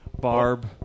Barb